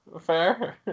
Fair